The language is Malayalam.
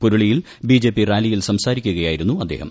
പുരുളിയിൽ ബിജെപി റാലിയിൽ സംസാരിക്കുകയായിരുന്നു അദ്ദേഹം